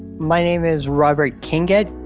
my name is robert kingett.